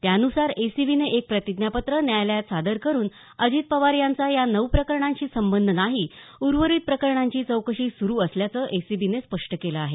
त्यानुसार एसीबीने एक प्रतिज्ञापत्र न्यायालयात सादर करून अजित पवार यांचा या नऊ प्रकरणांशी संबंध नाही उर्वरित प्रकरणांची चौकशी सुरू असल्याचं एसीबीने स्पष्ट केलं आहे